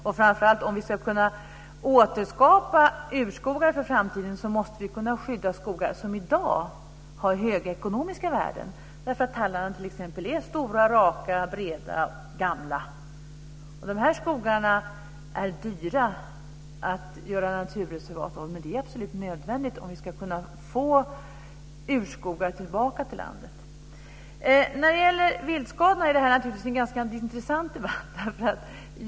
Och, framför allt, om vi ska kunna återskapa urskogar för framtiden, måste vi kunna skydda skogar som i dag har höga ekonomiska värden, t.ex. därför att tallarna är stora, raka, breda och gamla. De här skogarna är dyra att göra om till naturreservat, men det är absolut nödvändigt om vi ska kunna få urskogar tillbaka i landet. När det gäller viltskadorna är det här en ganska intressant debatt.